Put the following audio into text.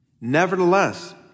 Nevertheless